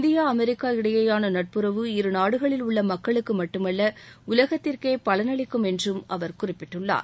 இந்திய அமெரிக்க இடையிலான நட்புறவு இருநாடுகளில் உள்ள மக்களுக்கு மட்டுமல்ல உலகத்திற்கே பலனளிக்கும் என்றும் அவர் குறிப்பிட்டுள்ளார்